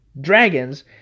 dragons